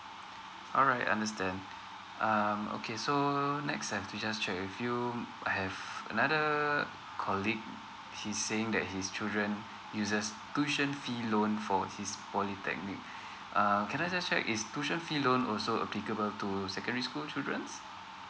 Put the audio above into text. alright I understand um okay so next I have to just check with you I have another colleague he's saying that his children uses tuition fee loan for his polytechnic uh can I just check is tuition fee loan also applicable to secondary school children